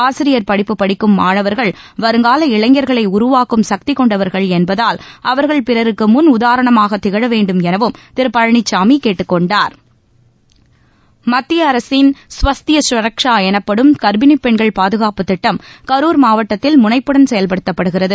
ஆசிரியர் படிப்பு படிக்கும் மாணவர்கள் வருங்கால இளைஞர்களை உருவாக்கும் சக்தி கொண்டவர்கள் என்பதால் அவர்கள் பிறருக்கு முன் உதாரணமாகத் திகழ வேண்டும் எனவும் திரு பழனிச்சாமி கேட்டுக் கொண்டார் மத்திய அரசின் ஸ்வஸ்திய சுரக்ஷா எனப்படும் கர்ப்பினிப் பெண்கள் பாதுகாப்புத் திட்டம் கரூர் மாவட்டத்தில் முனைப்புடன் செயல்படுத்தப்படுகிறது